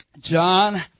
John